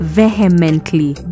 vehemently